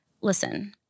listen